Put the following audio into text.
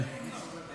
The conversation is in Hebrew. של